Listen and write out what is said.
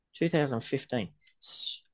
2015